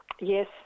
yes